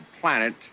planet